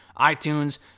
iTunes